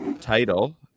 title